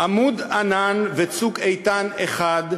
"עמוד ענן" ו"צוק איתן" אחד,